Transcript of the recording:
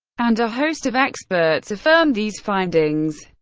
and a host of experts affirmed these findings.